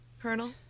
Colonel